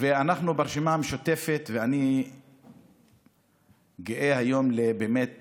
אנחנו ברשימה המשותפת, ואני גאה היום באמת